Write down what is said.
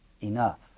Enough